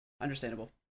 Understandable